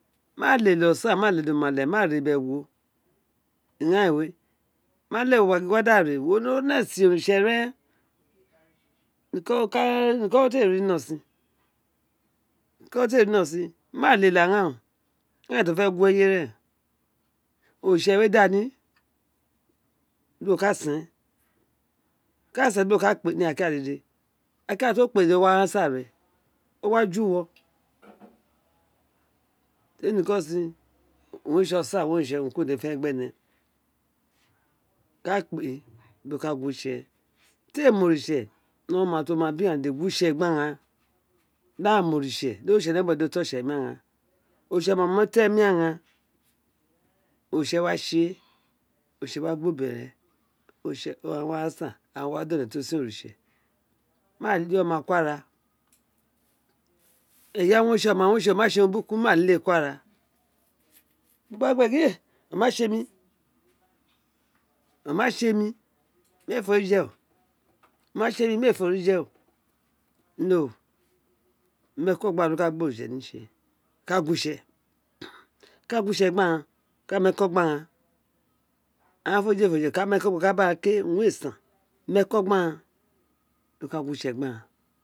Ma lele osáàn ma lele umálè ma lele ewo ighaan renghen a ma vele uvowo gba gin wo ne sen oritse ren niko wo lea te ri nino ro sin niko te ri ni no sin ma lele aghan o ig haan ti o fe gu wo eyewe ren oritse ode da ni di wo ka sen ka sen di uwo ka kpe ha ira ki ra dede ira ki ira ta uwo ma kpe gege o wa o wa je, uwo teri no ko sin ow̄ēn re tso osa owun re tsi ore urem dede fenefene gb ene de edon kpe di̱ o ka gu wi itse to ēē mi oritse no oma ti oma bi gu wo itse gbaghaan di a mi oritse di oritse nebuwe do emi ghaan oritse ma ma ewo̱ to emi ghaan oritse wa tse oritse wa gbo ubere oritse wa tse awa san gba da one tro ka sen oritse ma le oma ko wi ora ore omitse urun burukun ma lēē gu wu tse wo wa gin gbe o ma tse emi o ma tse mi mi ēē forije o oma tse ma mi ēē forije o meko gbe di o mi araro gbi oritse ka gu we itse ka ku wo itse gbi gahaa ka mi eko gbi aghaan a mi oritse aghaa eme oritse ka mi eko ka bi aghan ke urun we san mi eko̱ gbi aghan kpe ka gu wo itse ghe aghan